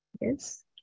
Yes